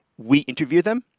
we interview them,